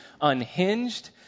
unhinged